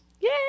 Yay